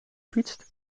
fietst